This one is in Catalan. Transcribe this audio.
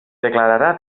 declararà